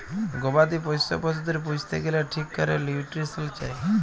গবাদি পশ্য পশুদের পুইসতে গ্যালে ঠিক ক্যরে লিউট্রিশল চায়